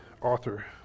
author